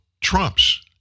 Trump's